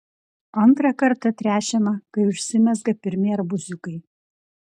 antrą kartą tręšiama kai užsimezga pirmi arbūziukai